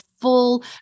full